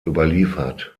überliefert